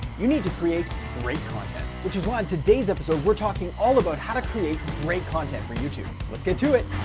you need to create great content which is why in today's episode we're talking all about how to create great content for youtube. let's get to it.